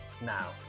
now